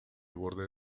borde